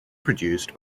produced